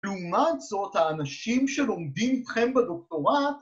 לעומת זאת, האנשים שלומדים איתכם בדוקטורט